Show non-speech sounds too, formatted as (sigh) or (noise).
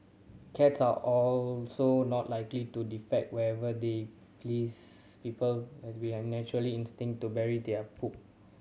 cats are also not likely to defecate wherever they please people (unintelligible) an natural instinct to bury their poop